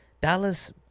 Dallas